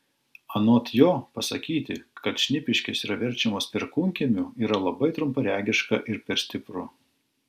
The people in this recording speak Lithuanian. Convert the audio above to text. anot jo pasakyti kad šnipiškės yra verčiamos perkūnkiemiu yra labai trumparegiška ir per stipru